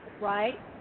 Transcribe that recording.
right